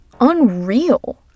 unreal